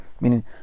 meaning